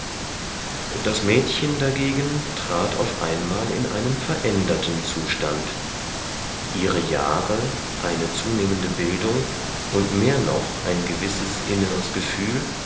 das mädchen dagegen trat auf einmal in einen veränderten zustand ihre jahre eine zunehmende bildung und mehr noch ein gewisses inneres gefühl